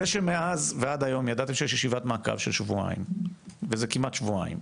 זה שמאז ועד היום ידעתם שיש ישיבת מעקב של שבועיים וזה כמעט שבועיים,